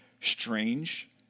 strange